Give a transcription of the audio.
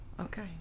Okay